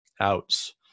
outs